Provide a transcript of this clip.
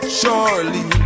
surely